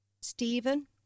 Stephen